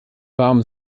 warm